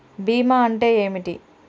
బీమా అంటే ఏమిటి?